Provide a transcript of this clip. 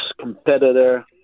competitor